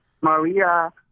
Maria